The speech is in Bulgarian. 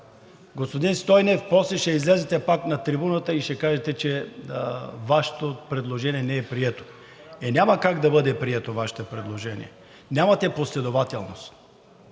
Господин Стойнев, после ще излезете пак на трибуната и ще кажете, че Вашето предложение не е прието. Е, няма как да бъде прието Вашето предложение, нямате последователност.